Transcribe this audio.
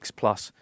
plus